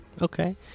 Okay